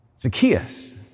Zacchaeus